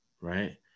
right